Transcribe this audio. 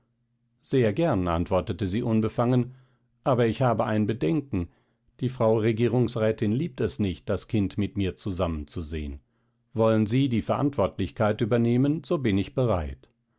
sehr gern antwortete sie unbefangen aber ich habe ein bedenken die frau regierungsrätin liebt es nicht das kind mit mir zusammen zu sehen wollen sie die verantwortlichkeit übernehmen so bin ich bereit